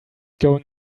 going